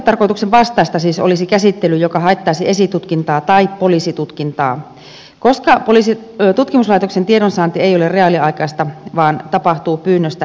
käyttötarkoituksen vastaista siis olisi käsittely joka haittaisi esitutkintaa tai poliisitutkintaa koska tutkimuslaitoksen tiedonsaanti ei ole reaaliaikaista vaan tapahtuu pyynnöstä jälkikäteen